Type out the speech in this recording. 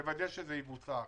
כדי לוודא שזה יבוצע.